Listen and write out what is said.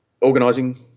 organising